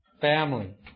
family